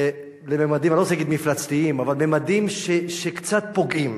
אני לא רוצה להגיד "מפלצתיים" ממדים שקצת פוגעים